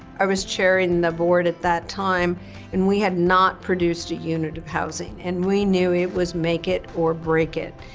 was chairing the board at that time and we had not produced a unit of housing and we knew it was make it or break it.